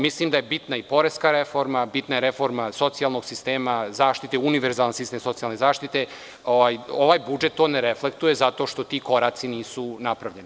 Mislim da je bitna i poreska reforma, reforma socijalnog sistema, univerzalni sistem socijalne zaštite, a ovaj budžet to ne reflektuje, zato što ti koraci nisu napravljeni.